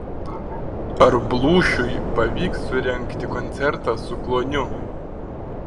ar blūšiui pavyks surengti koncertą su kluoniu